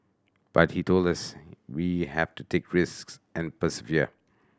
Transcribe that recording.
but he told us we have to take risks and persevere